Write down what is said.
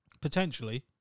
Potentially